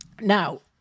Now